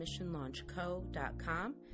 missionlaunchco.com